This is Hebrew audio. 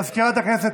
סגנית מזכיר הכנסת,